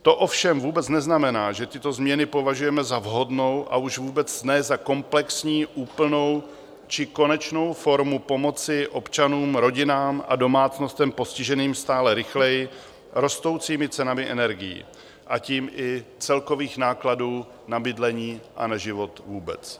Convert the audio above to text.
To ovšem vůbec neznamená, že tyto změny považujeme za vhodnou, a už vůbec ne za komplexní, úplnou či konečnou formu pomoci občanům, rodinám a domácnostem postiženým stále rychleji rostoucími cenami energií, a tím i celkových nákladů na bydlení a na život vůbec.